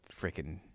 freaking